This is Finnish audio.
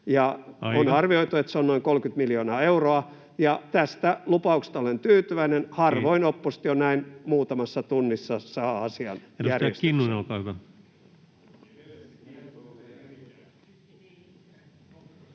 on arvioitu, että se on noin 30 miljoonaa euroa. Tästä lupauksesta olen tyytyväinen. Harvoin oppositio näin muutamassa tunnissa saa asian järjestykseen.